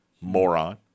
Moron